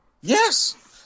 Yes